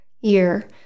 year